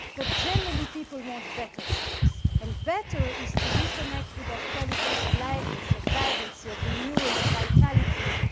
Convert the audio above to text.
but generally, people want better sex, and better is to reconnect with that quality of aliveness, of vibrancy, of renewal, of vitality,